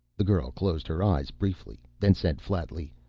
the girl closed her eyes briefly, then said flatly,